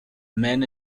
men